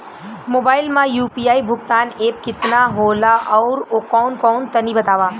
Mobile म UPI भुगतान app केतना होला आउरकौन कौन तनि बतावा?